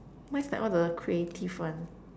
mine's like all the creative one